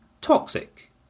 toxic